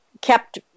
kept